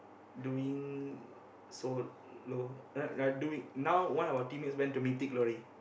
doing solo uh uh doing now one of our teammates went to Mythic-Glory